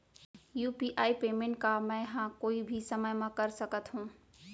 UPI payment का मैं ह कोई भी समय म कर सकत हो?